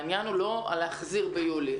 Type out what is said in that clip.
העניין הוא לא להחזיר ביולי.